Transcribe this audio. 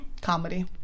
Comedy